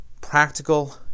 practical